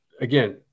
again